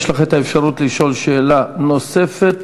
יש לך אפשרות לשאול שאלה נוספת.